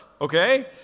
okay